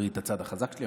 עברית היא הצד החלש שלי,